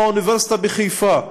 כמו האוניברסיטה בחיפה,